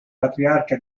patriarca